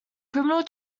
criminal